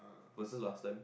versus last time